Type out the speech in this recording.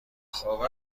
خوب